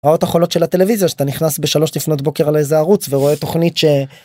רעות החולות של הטלוויזיה שאתה נכנס בשלוש לפנות בוקר על איזה ערוץ ורואה תוכנית ש..